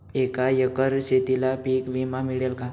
एका एकर शेतीला पीक विमा मिळेल का?